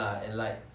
of course